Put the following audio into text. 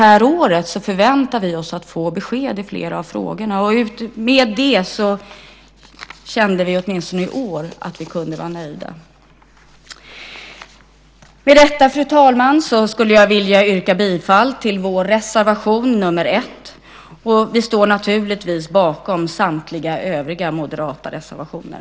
Under året förväntar vi oss att få besked i flera av frågorna. Med det kände vi åtminstone i år att vi kunde vara nöjda. Med detta, fru talman, skulle jag vilja yrka bifall till vår reservation nr 1. Vi står naturligtvis bakom samtliga övriga moderata reservationer.